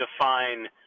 define